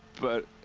but.